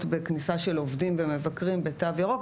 בכניסה של עובדים ומבקרים בתו ירוק.